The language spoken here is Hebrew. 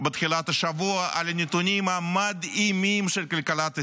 בתחילת השבוע על הנתונים המדהימים של כלכלת ישראל.